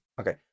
Okay